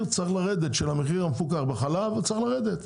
המחיר המפוקח בחלב צריך לרדת,